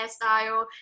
hairstyle